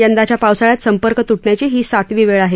यंदाच्या पावसाळ्यात संपर्क तूटण्याची ही सातवी वेळ आहे